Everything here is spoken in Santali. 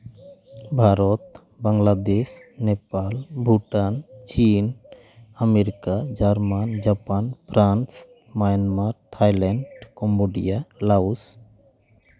ᱵᱷᱟᱨᱚᱛ ᱵᱟᱝᱞᱟᱫᱮᱥ ᱱᱮᱯᱟᱞ ᱵᱷᱩᱴᱟᱱ ᱪᱤᱱ America German Japan France Myanmar Thailand Cambodia Laos